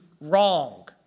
wrong